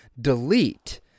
delete